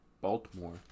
baltimore